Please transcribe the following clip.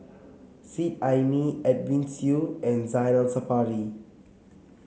Seet Ai Mee Edwin Siew and Zainal Sapari